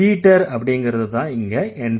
Peter ங்கறதுதான் இங்க NP3